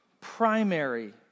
primary